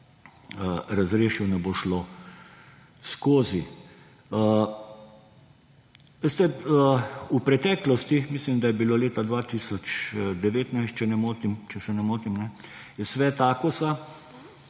razrešil, ne bo šlo skozi. Veste, v preteklosti, mislim, da je bilo leta 2019, če se ne motim, je Svet Akosa